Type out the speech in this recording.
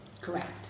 Correct